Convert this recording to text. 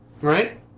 Right